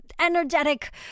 energetic